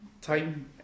time